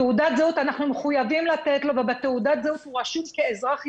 תעודת זהות אנחנו מחויבים לתת לו ובתעודת זהות הוא רשום כאזרח ישראלי,